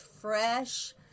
fresh